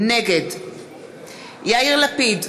נגד יאיר לפיד,